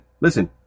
listen